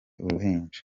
uruhinja